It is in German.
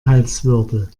halswirbel